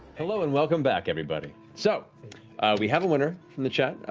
hello, and welcome back, everybody. so we have a winner from the chat.